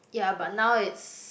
ya but now it's